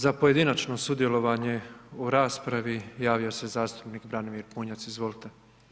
Za pojedinačno sudjelovanje u raspravi javio se zastupnik Branimir Bunjac, izvolite.